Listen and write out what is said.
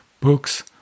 books